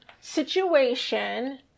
situation